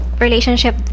relationship